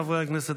חברי הכנסת,